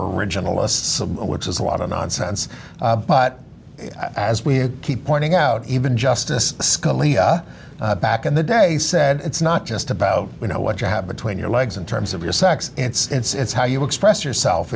originalists which is a lot of nonsense but as we keep pointing out even justice scalia back in the day said it's not just about you know what you have between your legs in terms of your sex it's how you express yourself